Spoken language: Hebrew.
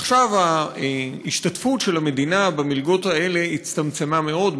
עכשיו ההשתתפות של המדינה במלגות האלה הצטמצמה מאוד,